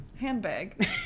Handbag